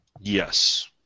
Yes